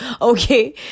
okay